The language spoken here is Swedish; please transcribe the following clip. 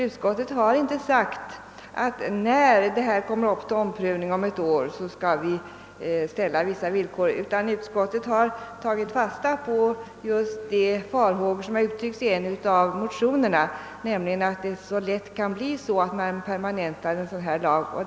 Utskottet har inte sagt att när denna fråga kommer upp till omprövning efter något år skall vi ställa vissa villkor, utan utskottet har tagit fasta på just de farhågor som uttryckts i en av motionerna, nämligen att det lätt kan bli på det sättet att man permanentar en sådan här lag.